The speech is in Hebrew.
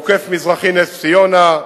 עוקף מזרח נס-ציונה,